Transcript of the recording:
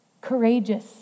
courageous